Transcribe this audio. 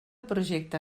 projecte